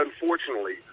unfortunately